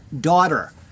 daughter